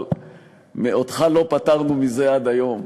אבל אותך לא פטרנו מזה עד היום,